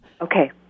Okay